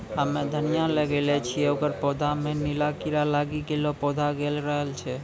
हम्मे धनिया लगैलो छियै ओकर पौधा मे नीला कीड़ा लागी गैलै पौधा गैलरहल छै?